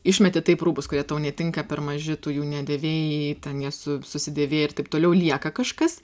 išmetė taip rūbus kurie tau netinka per maži tu jų nedėvėjai ten jie su susidėvėję ir taip toliau lieka kažkas